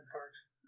Parks